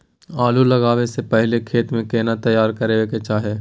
आलू लगाबै स पहिले खेत केना तैयार करबा के चाहय?